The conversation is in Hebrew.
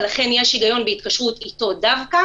ולכן יש התקשרות דווקא איתו.